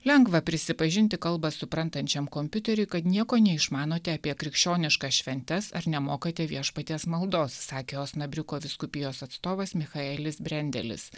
lengva prisipažinti kalbą suprantančiam kompiuteriui kad nieko neišmanote apie krikščioniškas šventes ar nemokate viešpaties maldos sakė osnabriuko vyskupijos atstovas michaelis brendelis